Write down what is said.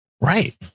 right